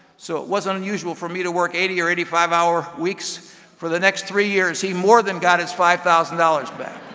so it wasn't usual for me to work eighty or eighty five hour weeks for the next three years. he more than got his five thousand dollars back.